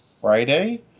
Friday